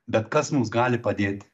bet kas mums gali padėti